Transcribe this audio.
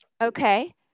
okay